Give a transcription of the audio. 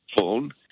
phone